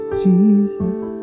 jesus